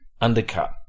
undercut